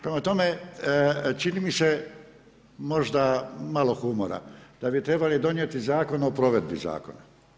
Prema tome, čini mi se, možda malo humora, da bi trebali donijeti zakon o provedbi zakona.